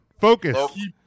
Focus